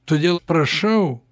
todėl prašau